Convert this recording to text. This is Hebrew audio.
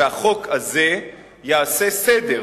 והחוק הזה יעשה סדר,